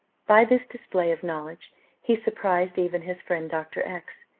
by this display of knowledge he surprised even his friend dr. x.